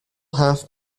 half